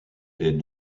est